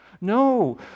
No